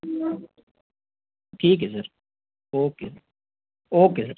ठीक है sir okay okay sir